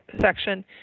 section